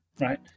right